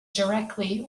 directly